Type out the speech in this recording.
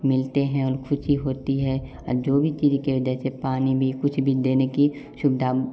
मिलते है और खुशी होती है और जो भी चीज के हो जैसे पानी भी कुछ भी देने की सुविधा